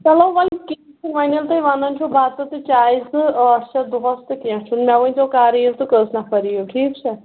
چلو وۅنۍ کیٚنٛہہ چھُنہٕ وۅنۍ ییٚلہِ تُہۍ وَنان چھِو بَتہٕ تہٕ چایہِ زٕ ٲٹھ شَتھ دۅہَس تہٕ کیٚنٛہہ چھُنہٕ مےٚ ؤنۍزیٚو کَر یِیِو تہٕ کٔژ نَفر یِیِو ٹھیٖک چھا